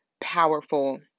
powerful